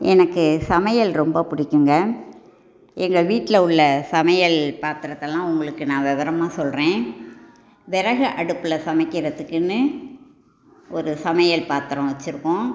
எனக்கு சமையல் ரொம்ப பிடிக்குங்க எங்கள் வீட்டில் உள்ள சமையல் பாத்திரத்தை எல்லாம் உங்களுக்கு நான் விவரமாக சொல்கிறேன் விறகு அடுப்பில் சமைக்கிறதுக்குன்னு ஒரு சமையல் பாத்திரம் வச்சுருக்கோம்